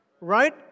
Right